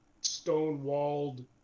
stone-walled